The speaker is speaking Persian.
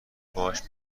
باهاش